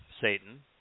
Satan